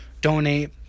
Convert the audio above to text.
donate